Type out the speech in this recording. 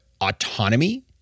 autonomy